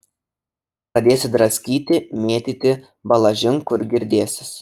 pradėsi draskyti mėtyti balažin kur girdėsis